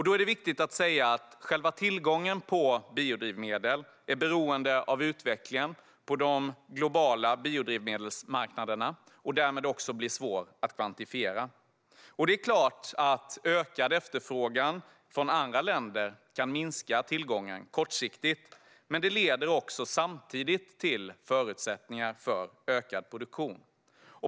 Då är det viktigt att säga att själva tillgången på biodrivmedel är beroende av utvecklingen på de globala biodrivmedelsmarknaderna och därmed också blir svår att kvantifiera. Det är klart att ökad efterfrågan från andra länder kan minska tillgången kortsiktigt. Men det leder också samtidigt till förutsättningar för ökad produktion.